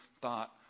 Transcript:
thought